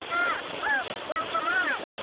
well well come on.